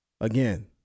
again